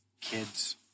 kids